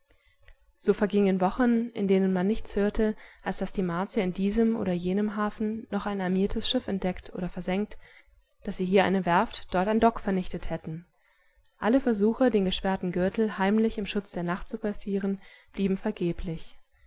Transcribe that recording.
so vergingen wochen in denen man nichts hörte als daß die martier in diesem oder jenem hafen noch ein armiertes schiff entdeckt oder versenkt daß sie hier eine werft dort ein dock vernichtet hätten alle versuche den gesperrten gürtel heimlich im schutz der nacht zu passieren blieben vergeblich